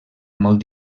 molt